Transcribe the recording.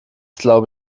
glaube